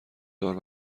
دار